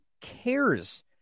cares